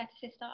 sister